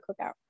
cookout